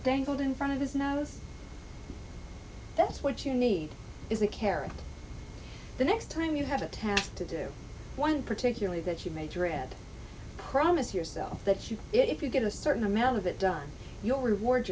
in front of his nose that's what you need is a carrot the next time you have a task to do one particularly that you may dread promise yourself that you if you get a certain amount of it done your reward